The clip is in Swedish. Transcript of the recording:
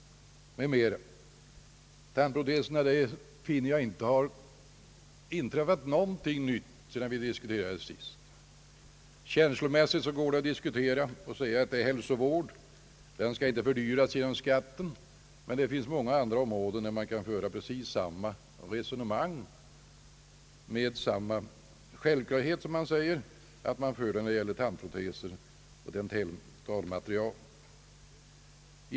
Vad beträffar de sistnämnda kan jag inte finna att något nytt har inträffat sedan vi sist diskuterade detta ärende. Man kan naturligtvis hänföra en sådan sak till hälsovården och påstå att denna inte skall fördyras genom skatten, men detta resonemang skulle man i så fall kunna föra på många andra områden med samma självklarhet.